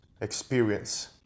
experience